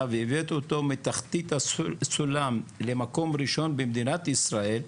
והבאתי אותו מתחתית הסולם למקום ראשון במדינת ישראל,